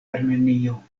armenio